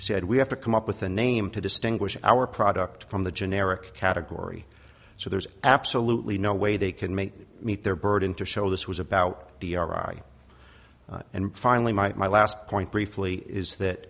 said we have to come up with a name to distinguish our product from the generic category so there's absolutely no way they can make meet their burden to show this was about d r i and finally my my last point briefly is that